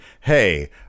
hey